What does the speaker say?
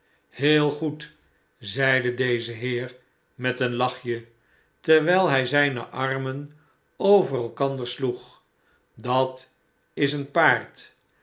heel goed zeide deze heer met een lachje terwijl hij zijne armen over elkander sloeg dat is een paard